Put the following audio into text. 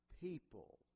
people